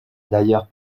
d’ailleurs